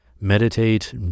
meditate